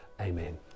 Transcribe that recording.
amen